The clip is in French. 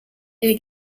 est